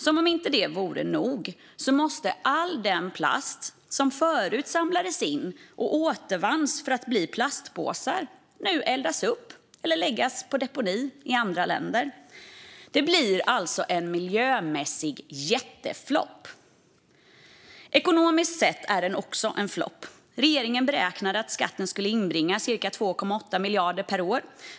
Som om inte detta vore nog måste all den plast som förut samlades in och återvanns för att bli plastpåsar nu eldas upp eller läggas på deponi i andra länder. Det blir alltså en miljömässig jätteflopp. Ekonomiskt sett är skatten också en flopp. Regeringen beräknade att den skulle inbringa cirka 2,8 miljarder per år.